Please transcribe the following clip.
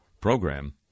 program